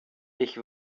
ich